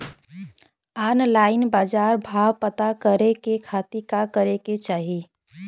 Online बाजार भाव पता करे के खाती का करे के चाही?